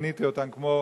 כמו